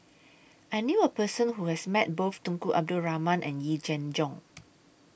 I knew A Person Who has Met Both Tunku Abdul Rahman and Yee Jenn Jong